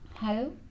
Hello